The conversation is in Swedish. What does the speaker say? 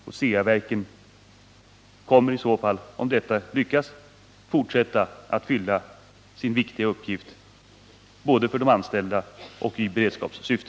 Om vi lyckas uppnå det syftet, kommer Ceaverken att kunna fortsätta att fylla sin viktiga uppgift både för de anställda och i beredskapssyfte.